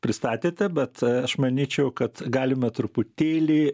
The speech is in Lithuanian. pristatėte bet a aš manyčiau kad galima truputėlį